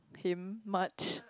him much